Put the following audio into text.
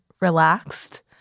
relaxed